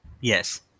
Yes